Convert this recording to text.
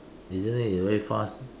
isn't it you very fast